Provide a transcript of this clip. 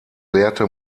lehrte